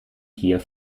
gier